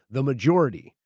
the majority,